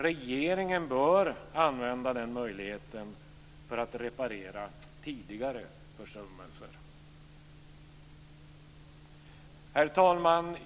Regeringen bör använda den möjligheten för att reparera tidigare försummelser. Herr talman!